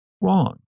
wrong